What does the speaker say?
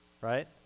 right